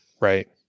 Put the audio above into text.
Right